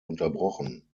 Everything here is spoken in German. unterbrochen